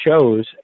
shows